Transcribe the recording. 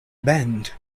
bend